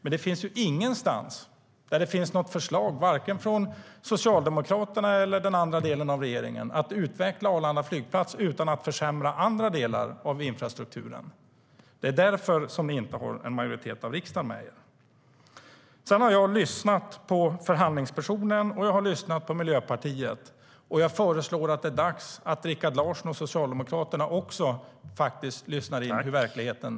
Jag har lyssnat på förhandlingspersonen, och jag har lyssnat på Miljöpartiet. Jag tycker att det är dags för Rikard Larsson och Socialdemokraterna att också lyssna in hur verkligheten ser ut.